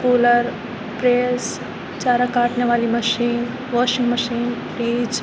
cooler press چارہ کاٹنے والی مشین واشنگ مشین فریج